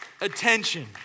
attention